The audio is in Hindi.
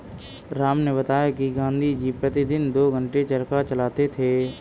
राम ने बताया कि गांधी जी प्रतिदिन दो घंटे चरखा चलाते थे